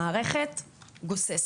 המערכת גוססת.